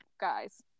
guys